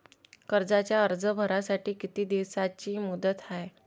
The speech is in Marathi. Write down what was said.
कर्जाचा अर्ज भरासाठी किती दिसाची मुदत हाय?